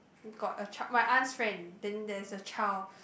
got a chi~ my aunt's friend then there's a child